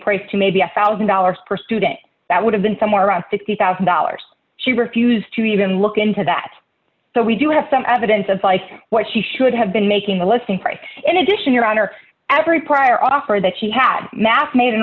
price to maybe a one thousand dollars per student that would have been somewhere around fifty thousand dollars she refused to even look into that so we do have some evidence of what she should have been making the listing price in addition your honor every prior offer that she had mass made an